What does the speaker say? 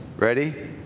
ready